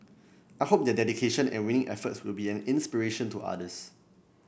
I hope their dedication and winning efforts will be an inspiration to others